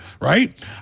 right